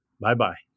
Bye-bye